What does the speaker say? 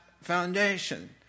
foundation